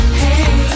hey